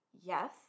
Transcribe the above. Yes